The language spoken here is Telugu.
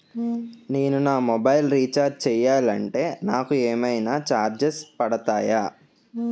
నేను నా మొబైల్ రీఛార్జ్ చేయాలంటే నాకు ఏమైనా చార్జెస్ పడతాయా?